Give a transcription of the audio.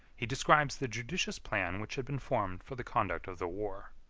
he describes the judicious plan which had been formed for the conduct of the war.